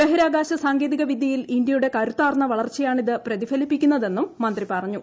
ബഹിരാകാശ സാങ്കേതികവിദ്യയിൽ ഇന്ത്യയുടെ കരുത്താർന്ന വളർച്ചയാണ് ഇത് പ്രതിഫലിപ്പിക്കുന്നതെന്നും മന്ത്രി പറഞ്ഞു